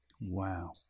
Wow